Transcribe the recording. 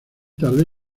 tarde